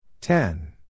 Ten